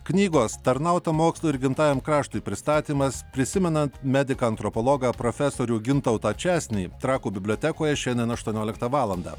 knygos tarnauta mokslui ir gimtajam kraštui pristatymas prisimenant mediką antropologą profesorių gintautą česnį trakų bibliotekoje šiandien aštuonioliktą valandą